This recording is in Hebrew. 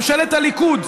ממשלת הליכוד,